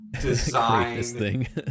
design